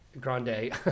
Grande